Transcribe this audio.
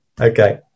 okay